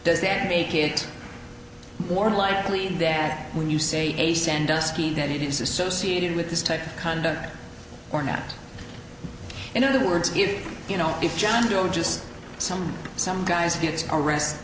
does that make it more likely that when you say a sandusky that it is associated with this type of conduct or not in other words if you know if john doe just some some guys gets ar